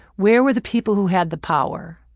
where were the people who had the power?